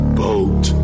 boat